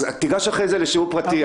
תיגש אחר כך לשיעור פרטי.